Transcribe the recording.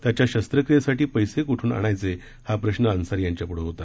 त्यांच्या शस्त्रक्रियेसाठी पैसे आणायचे कुठून हा प्रश्न अन्सारी यांच्यापुढं होता